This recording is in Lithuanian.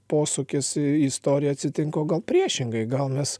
posūkis į istoriją atsitinka o gal priešingai gal mes